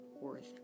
worth